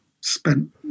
spent